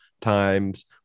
times